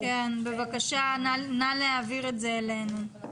כן, בבקשה, נא להעביר אלינו.